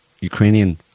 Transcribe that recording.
Ukrainian